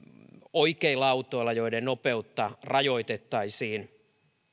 oikeilla autoilla joiden nopeutta rajoitettaisiin